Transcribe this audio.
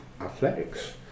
athletics